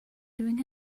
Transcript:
doing